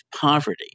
poverty